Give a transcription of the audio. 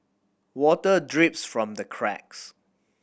water drips from the cracks